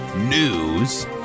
News